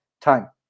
time